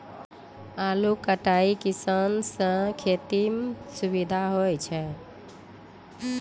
आलू कटाई मसीन सें खेती म सुबिधा होय छै